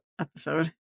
episode